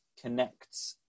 connects